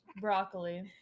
Broccoli